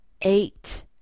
Eight